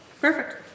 Perfect